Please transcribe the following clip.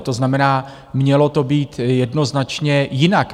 To znamená, mělo to být jednoznačně jinak.